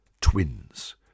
twins